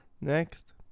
Next